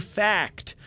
fact